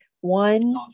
one